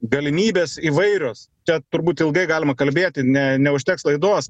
galimybės įvairios tą turbūt ilgai galima kalbėti ne neužteks laidos